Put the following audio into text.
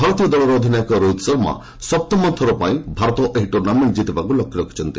ଭାରତୀୟ ଦଳର ଅଧିନାୟକ ରୋହିତ ଶର୍ମା ସପ୍ତମଥର ପାଇଁ ଏହି ଟୁର୍ଣ୍ଣାମେଣ୍ଟ କିତିବାକୁ ଲକ୍ଷ୍ୟ ରଖିଛନ୍ତି